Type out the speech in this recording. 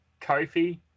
Kofi